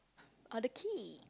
or the key